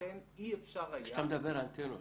כשאתה מדבר אנטנות,